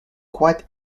quite